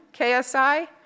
ksi